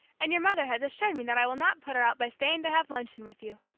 and your mother has assured me that i will not put her out by staying to have luncheon with you.